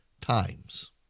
times